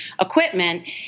equipment